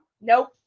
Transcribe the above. Nope